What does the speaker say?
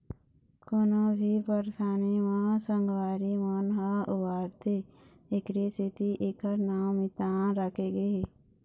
कोनो भी परसानी म संगवारी मन ह उबारथे एखरे सेती एखर नांव मितान राखे गे हे